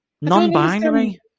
Non-binary